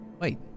Wait